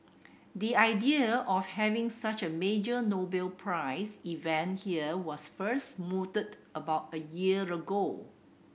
the idea of having such a major Nobel Prize event here was first mooted about a year ago